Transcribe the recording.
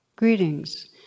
Greetings